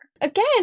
Again